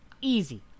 Easy